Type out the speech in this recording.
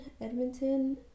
Edmonton